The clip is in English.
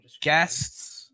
guests